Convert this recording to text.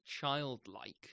childlike